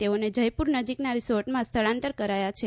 તેઓને જયપુર નજીકના રિસોર્ટમાં સ્થળાંતર કરાયા છે